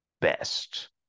best